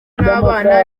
nabana